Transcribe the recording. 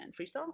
Freestyle